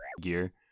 gear